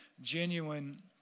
genuine